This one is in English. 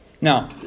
Now